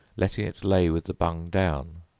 letting it lay with the bung down